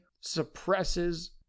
suppresses